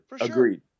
agreed